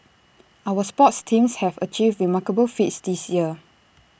our sports teams have achieved remarkable feats this year